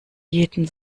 jeden